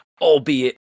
albeit